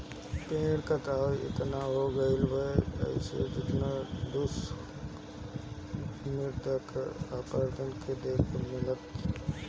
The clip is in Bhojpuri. पेड़ के कटाव एतना हो गईल बा की एकर अब दुष्परिणाम मृदा अपरदन में देखे के मिलता